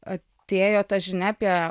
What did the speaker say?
atėjo ta žinia apie